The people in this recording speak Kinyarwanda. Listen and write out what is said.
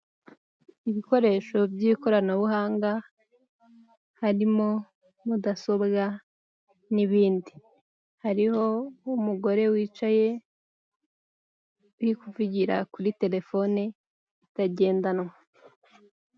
Ibikoresho by'ikoranabuhanga harimo mudasobwa n'ibindi, hariho umugore wicaye uri kuvugira kuri telefone itagendanwa.